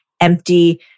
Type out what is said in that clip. empty